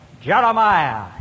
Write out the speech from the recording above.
Jeremiah